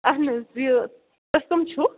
اَہن حظ یہِ تۄہہِ کٔمۍ چھُو